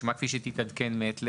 כפי שהיא תתעדכן מעת לעת,